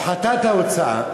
הפחתת ההוצאה,